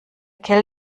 kerl